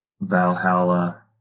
Valhalla